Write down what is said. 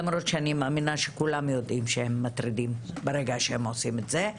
למרות שאני מאמינה שכולם יודעים שהם מטרידים ברגע שהם עושים את זה.